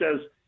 says